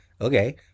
okay